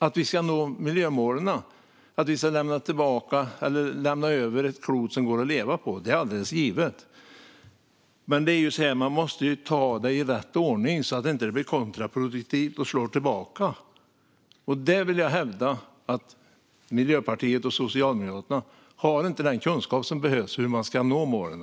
Att vi ska nå miljömålen och lämna över ett klot som går att leva på är alldeles givet. Men man måste ta det i rätt ordning så att det inte blir kontraproduktivt och slår tillbaka. Jag hävdar att Miljöpartiet och Socialdemokraterna inte har den kunskap som behövs för hur man ska nå målen.